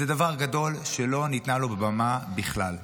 זה דבר גדול שלא ניתנה לו במה בכלל.